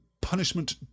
punishment